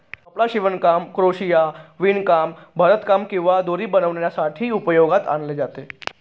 कपडा शिवणकाम, क्रोशिया, विणकाम, भरतकाम किंवा दोरी बनवण्यासाठी उपयोगात आणले जाते